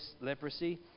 leprosy